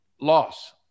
loss